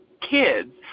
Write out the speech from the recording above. kids